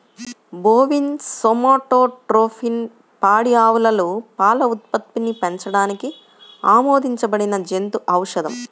bovine somatotropin పాడి ఆవులలో పాల ఉత్పత్తిని పెంచడానికి ఆమోదించబడిన జంతు ఔషధం